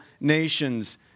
nations